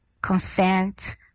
consent